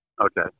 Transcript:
Okay